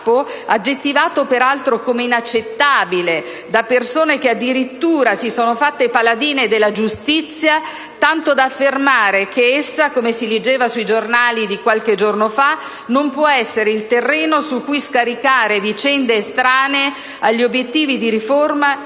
aggettivato peraltro come inaccettabile da persone che addirittura si sono fatte paladine della giustizia tanto da affermare che essa, come si leggeva sui giornali di qualche giorno fa, «non può essere il terreno su cui scaricare vicende estranee agli obiettivi di riforma